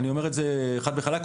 אני אומר את זה חד וחלק.